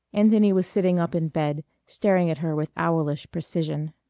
anthony was sitting up in bed, staring at her with owlish precision.